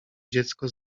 dziecko